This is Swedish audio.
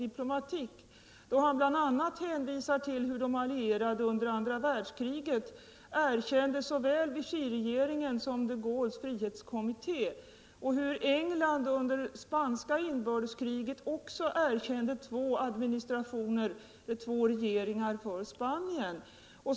Han hänvisar där bl.a. till hur de allierade under andra världskriget erkände såväl Vichyregeringen som de Gaulles frihetskommitté och hur England under spanska inbördeskriget också erkände två regeringar för Spanien.